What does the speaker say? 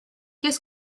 qu’est